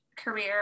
career